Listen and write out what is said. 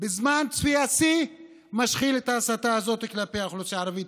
בזמן צפיית שיא הוא משחיל את ההסתה הזאת כלפי האוכלוסייה הערבית.